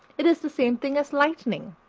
it is the same thing as lightning,